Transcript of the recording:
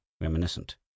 reminiscent